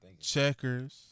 Checkers